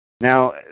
Now